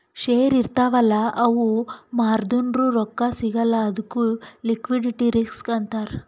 share ಇರ್ತಾವ್ ಅಲ್ಲ ಅವು ಮಾರ್ದುರ್ನು ರೊಕ್ಕಾ ಸಿಗಲ್ಲ ಅದ್ದುಕ್ ಲಿಕ್ವಿಡಿಟಿ ರಿಸ್ಕ್ ಅಂತಾರ್